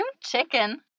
chicken